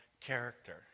character